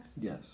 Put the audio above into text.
Yes